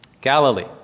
Galilee